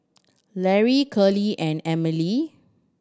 Larae Curley and Emile